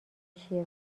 چیه